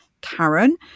Karen